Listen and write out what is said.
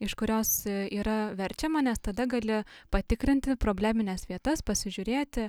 iš kurios yra verčiama nes tada gali patikrinti problemines vietas pasižiūrėti